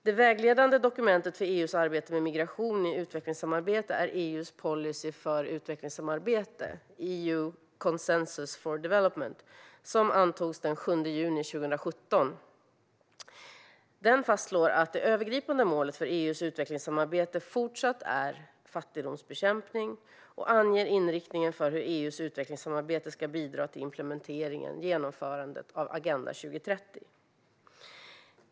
Det vägledande dokumentet för EU:s arbete med migration i utvecklingssamarbetet är EU:s policy för utvecklingssamarbete, EU Consensus for Development, som antogs den 7 juni 2017. Denna policy fastslår att det övergripande målet för EU:s utvecklingssamarbete även fortsättningsvis är fattigdomsbekämpning och anger inriktningen för hur EU:s utvecklingssamarbete ska bidra till implementeringen - genomförandet - av Agenda 2030.